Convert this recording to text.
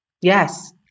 Yes